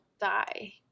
die